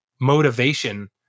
motivation